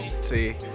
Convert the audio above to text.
See